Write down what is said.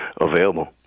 available